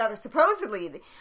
supposedly